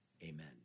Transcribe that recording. Amen